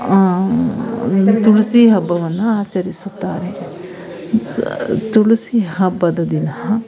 ತುಳಸಿ ಹಬ್ಬವನ್ನು ಆಚರಿಸುತ್ತಾರೆ ತುಳಸಿ ಹಬ್ಬದ ದಿನಾ